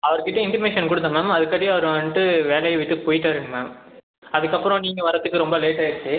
அவர்க் கிட்டே இண்டிமேஷன் கொடுத்தேன் மேம் அதுக்காட்டியும் அவர் வந்துட்டு வேலையை விட்டு போய்விட்டாருங்க மேம் அதுக்கப்புறம் நீங்கள் வரத்துக்கு ரொம்ப லேட் ஆகிருச்சி